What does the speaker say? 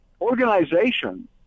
organization